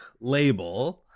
label